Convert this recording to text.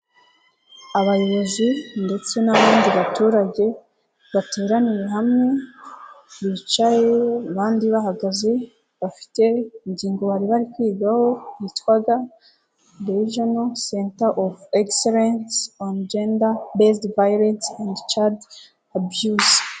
Abayobozi ndetse n'abandidi baturage bateraniye hamwe, bicaye abandi bahagaze, bafite ingingo bari bari kwigaho yitwaga the reginal center of excellence on gender based and child abuse.